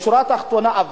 בשורה התחתונה,